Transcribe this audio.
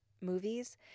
movies